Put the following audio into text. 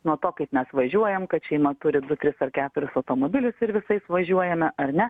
nuo to kaip mes važiuojam kad šeima turi du tris ar keturis automobilius ir visais važiuojame ar ne